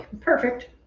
Perfect